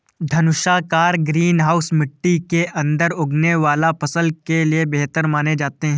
धनुषाकार greenhouse मिट्टी के अंदर उगने वाले फसल के लिए बेहतर माने जाते हैं